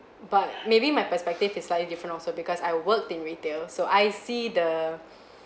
but maybe my perspective is slightly different also because I worked in retail so I see the